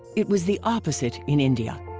it was the opposite in india.